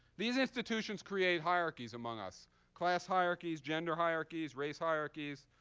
these institutions create hierarchies among us class hierarchies, gender hierarchies, race hierarchies.